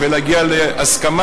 ולהגיע להסכמה.